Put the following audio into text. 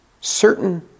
certain